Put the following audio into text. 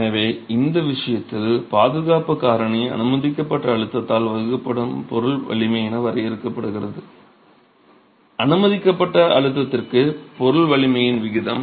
எனவே இந்த விஷயத்தில் பாதுகாப்பு காரணி அனுமதிக்கப்பட்ட அழுத்தத்தால் வகுக்கப்படும் பொருள் வலிமை என வரையறுக்கப்படுகிறது அனுமதிக்கப்பட்ட அழுத்தத்திற்கு பொருள் வலிமையின் விகிதம்